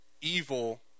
evil